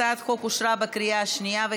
הצעת החוק אושרה בקריאה שנייה.